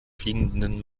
fliegenden